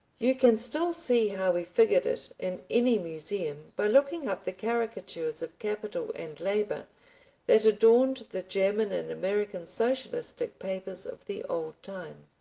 you can still see how we figured it in any museum by looking up the caricatures of capital and labor that adorned the german and american socialistic papers of the old time.